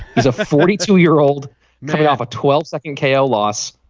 he's a forty two year old maybe off a twelve second kale loss